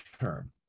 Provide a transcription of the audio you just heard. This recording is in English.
term